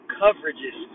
coverages